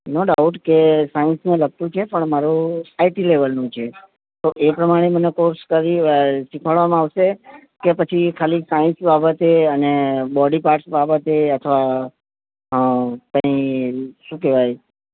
નો doubt કે સાયન્સને લગતું છે પણ મારે આઈ ટી લેવલનું છે તો એ પ્રમાણે મને કોર્સ કરી શિખવાડવામાં આવશે કે પછી ખાલી સાયન્સ બાબતે અને બોડી પાર્ટ્સ બાબતે અથવા કંઈ શું કહેવાય